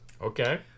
okay